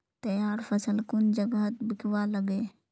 तैयार फसल कुन जगहत बिकवा लगे?